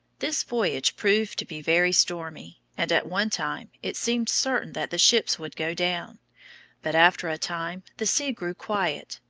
this voyage proved to be very stormy, and at one time it seemed certain that the ships would go down but after a time the sea grew quiet,